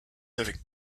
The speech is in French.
avec